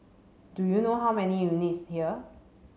do you know how many units here